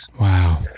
Wow